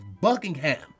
Buckingham